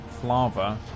flava